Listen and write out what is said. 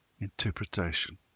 interpretation